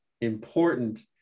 important